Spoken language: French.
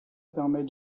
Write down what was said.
permet